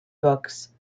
books